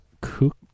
Cook